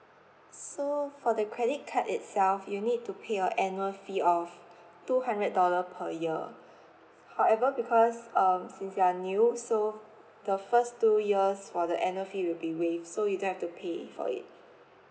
so for the credit card itself you'll need to pay a annual fee of two hundred dollar per year however because um since you are new so the first two years for the annual fee will be waived so you don't have to pay for it